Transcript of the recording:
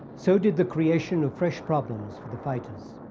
so did the creation of fresh problems for the fighters.